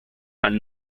and